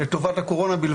לטובת הקורונה.